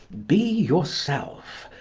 be yourself.